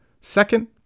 Second